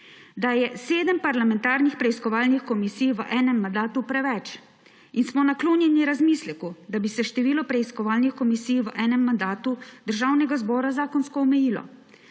da je sedem parlamentarnih preiskovalnih komisij v enem mandatu preveč, in smo naklonjeni razmisleku, da bi se število preiskovalnih komisij v enem mandatu Državnega zbora zakonsko omejilo,